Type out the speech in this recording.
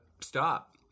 stop